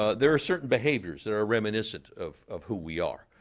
ah there are certain behaviors that are reminiscent of of who we are.